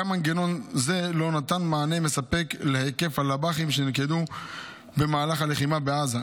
גם מנגנון זה לא נתן מענה מספק להיקף הלב"חים שנלכדו במהלך הלחימה בעזה.